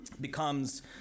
becomes